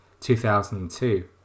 2002